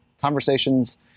conversations